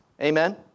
Amen